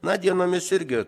na dienomis irgi